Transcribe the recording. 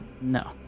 No